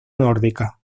nórdica